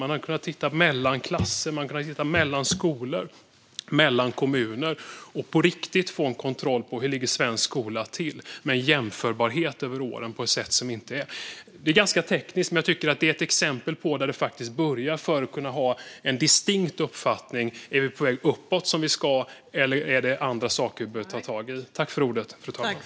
Man hade kunnat titta på det mellan klasser, mellan skolor och mellan kommuner och på riktigt få en kontroll av hur svensk skola ligger till, med en jämförbarhet över åren på ett sätt som inte finns nu. Detta är ganska tekniskt, men jag tycker att det är ett exempel på var det börjar för att kunna få en distinkt uppfattning om huruvida vi är på väg uppåt, som vi ska, eller om det är andra saker som vi behöver ta tag i.